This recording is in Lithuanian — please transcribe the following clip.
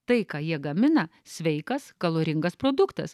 tai ką jie gamina sveikas kaloringas produktas